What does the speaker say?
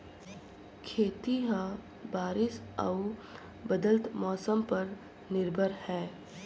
खेती ह बारिश अऊ बदलत मौसम पर निर्भर हे